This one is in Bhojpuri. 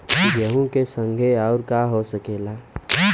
गेहूँ के संगे आऊर का का हो सकेला?